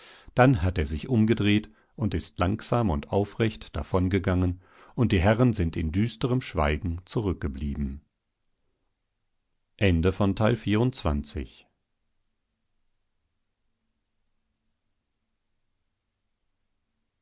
dann hat er sich umgedreht und ist langsam und aufrecht davongegangen und die herren sind in düsterem schweigen zurückgeblieben